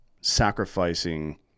sacrificing